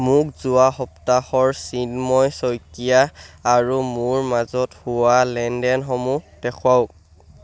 মোক যোৱা সপ্তাহৰ চিন্ময় শইকীয়া আৰু মোৰ মাজত হোৱা লেনদেনসমূহ দেখুৱাওক